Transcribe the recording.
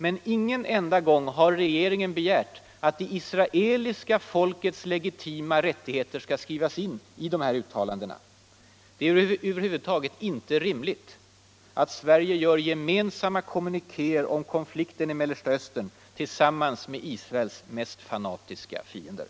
Men ingen enda gång har regeringen begärt att ”det israeliska folkets legitima rättigheter” skall slås fast i de här uttalandena. Det är över huvud taget inte rimligt att Sverige gör gemensamma kommunikéer om konflikten i Mellersta Östern med Israels mest fanatiska fiender.